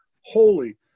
holy